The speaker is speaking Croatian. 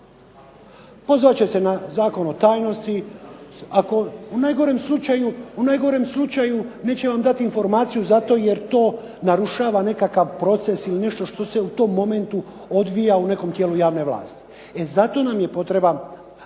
Pozvat će se na zakon o tajnosti, u najgorem slučaju neće vam dati informaciju jer to narušava nekakav proces ili nešto što se u tom momentu odvija u tijelu javne vlasti, zato nam je potreban